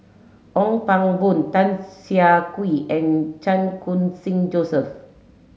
Ong Pang Boon Tan Siah Kwee and Chan Khun Sing Joseph